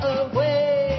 away